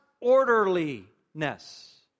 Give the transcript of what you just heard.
orderliness